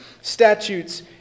statutes